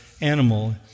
animal